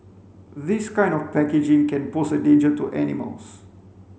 this kind of packaging can pose a danger to animals